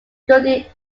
studied